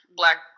black